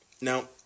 Now